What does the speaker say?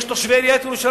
ישנם תושבי ירושלים.